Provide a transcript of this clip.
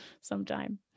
sometime